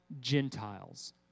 Gentiles